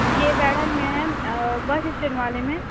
ये वर्णन मैं है बस स्टैंड वाले में